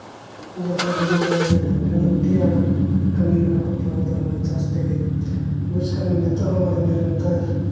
ᱡᱟᱦᱟᱸ ᱡᱤᱵᱚᱱ ᱨᱮ ᱞᱟᱹᱠᱛᱤᱭᱟᱱᱟᱜ ᱠᱟᱹᱢᱤ ᱞᱮᱠᱟ ᱠᱚ ᱯᱩᱨᱟᱹᱣᱫᱟ ᱚᱱᱟ ᱪᱟᱥ ᱛᱮᱜᱮ ᱵᱩᱡᱽ ᱠᱟᱜᱼᱢᱮ ᱱᱤᱛᱚᱜ ᱦᱚᱸ ᱚᱱᱟ ᱫᱚ ᱱᱤᱨᱚᱱᱛᱚᱨ